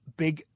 big